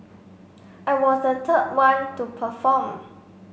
I was the third one to perform